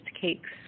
cakes